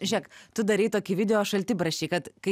žėk tu darei tokį video šaltibarščiai kad kai